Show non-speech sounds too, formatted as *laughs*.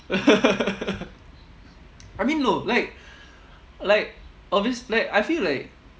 *laughs* I mean no like like obvious~ like I feel like